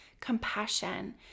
compassion